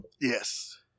Yes